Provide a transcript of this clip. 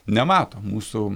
nemato mūsų